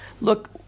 Look